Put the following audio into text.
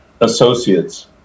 associates